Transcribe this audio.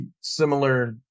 similar